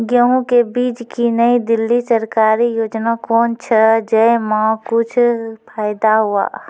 गेहूँ के बीज की नई दिल्ली सरकारी योजना कोन छ जय मां कुछ फायदा हुआ?